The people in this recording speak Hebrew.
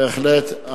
בהחלט.